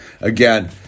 Again